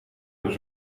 een